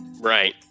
Right